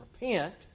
repent